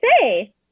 say